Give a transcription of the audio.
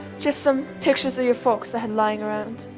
just some pictures of your folks i had lying around.